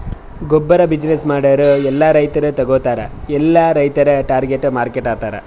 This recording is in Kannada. ಗೊಬ್ಬುರ್ ಬಿಸಿನ್ನೆಸ್ ಮಾಡೂರ್ ಎಲ್ಲಾ ರೈತರು ತಗೋತಾರ್ ಎಲ್ಲಿ ರೈತುರೇ ಟಾರ್ಗೆಟ್ ಮಾರ್ಕೆಟ್ ಆತರ್